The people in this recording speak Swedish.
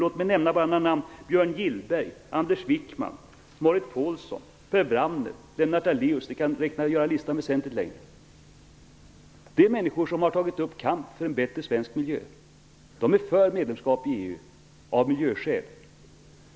Låt mig nämna några namn: Björn Gillberg, Lennart Daléus. Jag kan göra listan väsentligt längre. Det är människor som har tagit upp kampen för en bättre svensk miljö. De är av miljöskäl för medlemskap i EU.